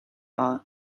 all